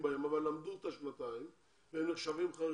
בהן אבל למדו את השנתיים והם נחשבים חרדים.